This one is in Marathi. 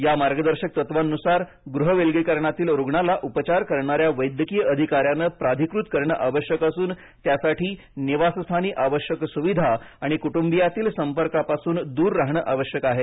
या मार्गदर्शक तत्त्वांनुसार गृहविलगीकरणातील रुग्णाला उपचार करणा या वैद्यकीय अधिकाऱ्याने प्राधिकृत करणे आवश्यक असून त्यासाठी निवासस्थानी आवश्यक सुविधा आणि कटुंबीयातील संपर्कापासून दूर राहणे आवश्यक आहे